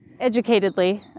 educatedly